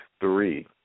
three